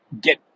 Get